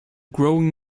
growing